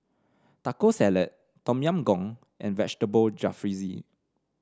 Taco Salad Tom Yam Goong and Vegetable Jalfrezi